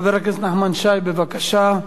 חבר הכנסת נחמן שי, בבקשה.